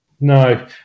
No